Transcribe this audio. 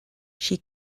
she